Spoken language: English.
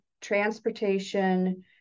transportation